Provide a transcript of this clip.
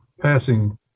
passing